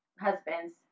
husbands